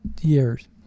years